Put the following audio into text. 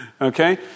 Okay